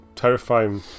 Terrifying